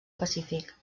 pacífic